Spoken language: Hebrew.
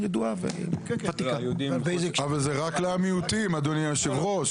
אבל זה רק למיעוטים אדוני יושב הראש.